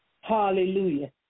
Hallelujah